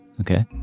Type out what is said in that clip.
Okay